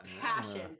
passion